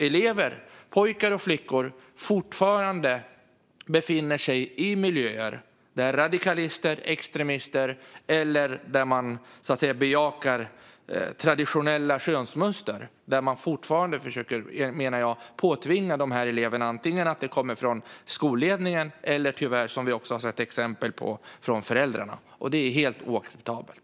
Elever - pojkar och flickor - befinner sig fortfarande i miljöer med radikalister och extremister där man bejakar traditionella könsmönster och fortfarande försöker, menar jag, påtvinga eleverna dessa. Det kan komma från skolledningen eller tyvärr, som vi också har sett exempel på, från föräldrarna. Det är helt oacceptabelt.